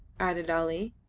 added ali.